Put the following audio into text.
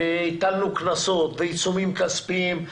והטלנו קנסות ועיצומים כספיים.